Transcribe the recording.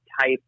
type